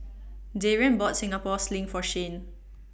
Darrian bought Singapore Sling For Shane